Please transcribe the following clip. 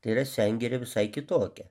tai yra sengirė visai kitokia